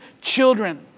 children